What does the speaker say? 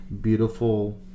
beautiful